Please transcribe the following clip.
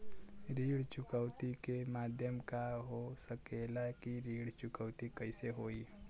ऋण चुकौती के माध्यम का हो सकेला कि ऋण चुकौती कईसे होई?